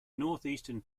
northeastern